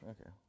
okay